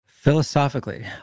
Philosophically